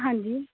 ਹਾਂਜੀ